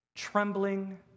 Trembling